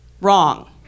Wrong